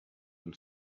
them